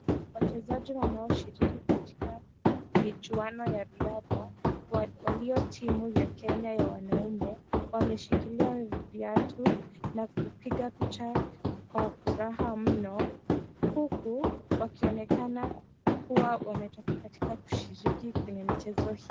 Wachezaji wanaoshiriki katika michuano ya riadha walio timu ya Kenya ya wanaume wameshikilia viatu na kupiga picha kwa furaha mno huku wakionekana kuwa wametoka kushiriki kwenye michezo hii.